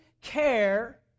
care